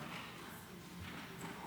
נתקבל.